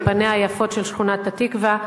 פניה היפות של שכונת-התקווה,